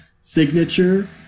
signature